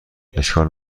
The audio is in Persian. اشکال